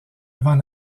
avant